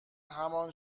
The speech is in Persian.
همان